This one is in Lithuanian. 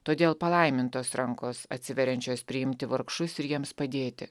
todėl palaimintos rankos atsiveriančios priimti vargšus ir jiems padėti